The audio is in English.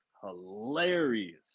hilarious